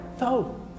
No